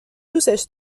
دوستش